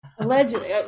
Allegedly